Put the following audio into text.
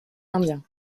indien